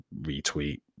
retweet